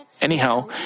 Anyhow